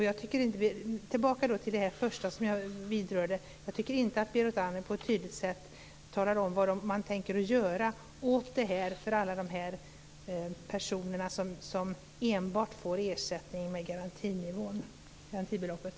Jag återkommer till det första som jag berörde och vill säga att jag inte tycker att Berit Andnor på ett tydligt sätt talat om vad man tänker göra för alla dem som enbart får ersättning med garantibeloppet.